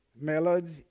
Melody